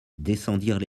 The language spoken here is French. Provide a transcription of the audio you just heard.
descendirent